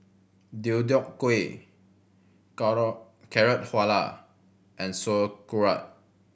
Deodeok Gui Carrot Halwa and Sauerkraut